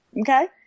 okay